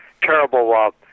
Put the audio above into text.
terrible